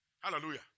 Hallelujah